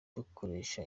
dukoresha